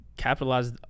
capitalize